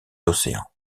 océans